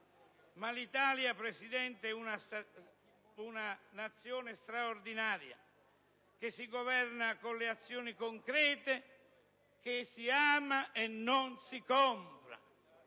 ma l'Italia, Presidente, è una Nazione straordinaria che si governa con le azioni concrete, che si ama, e non si compra.